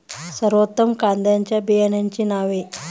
सर्वोत्तम कांद्यांच्या बियाण्यांची नावे?